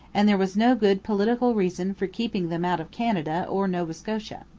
and there was no good political reason for keeping them out of canada or nova scotia.